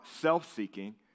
self-seeking